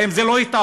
האם זו לא התערבות?